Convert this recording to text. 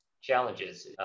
challenges